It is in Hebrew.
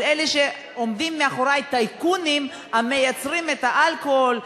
על אלה שעומדים מאחורי טייקונים המייצרים את האלכוהול,